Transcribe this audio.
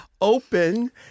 open